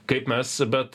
kaip mes bet